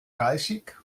dreißig